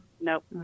Nope